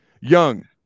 young